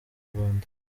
rwanda